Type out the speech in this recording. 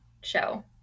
show